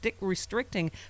restricting